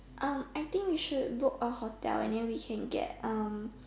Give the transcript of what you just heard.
um I think we should book a hotel and then we can get um